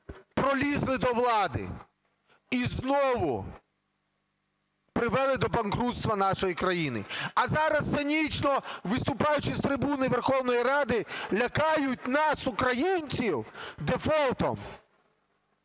пролізли до влади і знову привели до банкрутства нашої країни. А зараз, цинічно виступаючи з трибуни Верховної Ради, лякають нас українців дефолтом.